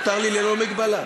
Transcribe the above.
מותר לי ללא מגבלה.